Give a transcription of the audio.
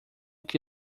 que